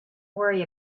worry